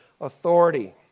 authority